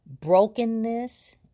brokenness